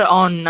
on